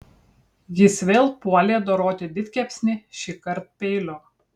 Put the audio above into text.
jis vėl puolė doroti didkepsnį šįkart peiliu